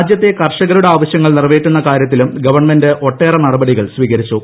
രാജ്യത്തെ കർഷകരുടെ ആവശ്യങ്ങൾ നിറവേറ്റുന്ന കാര്യത്തിലും ഗവൺമെന്റ് ഒട്ടേറെ നടപടികൾ സ്വീകരിച്ചു